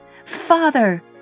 Father